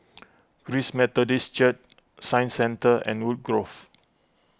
Christ Methodist Church Science Centre and Woodgrove